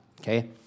okay